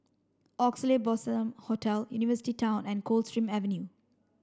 Oxley Blossom Hotel University Town and Coldstream Avenue